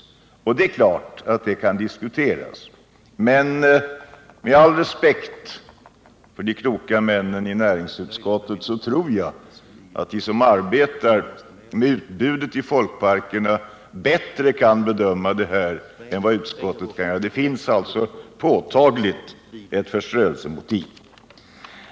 Det är klart att detta kan diskuteras, men med all respekt för de kloka männen i näringsutskottet tror jag att de som arbetar med utbudet i folkparkerna bättre kan bedöma det här motivet än vad utskottet kan göra. Det finns ett påtagligt förströelsebehov.